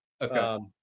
Okay